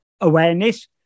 awareness